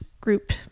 group